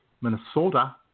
Minnesota